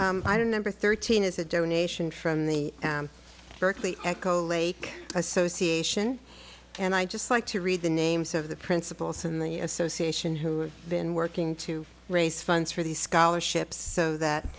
oh i don't number thirteen is a donation from the berkeley echo lake association and i just like to read the names of the principals in the association who have been working to raise funds for these scholarships so that